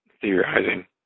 theorizing